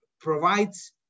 provides